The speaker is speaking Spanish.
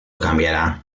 cambiará